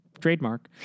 Trademark